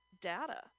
data